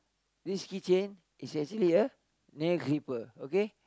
this key chain is actually a nail clipper okay